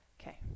Okay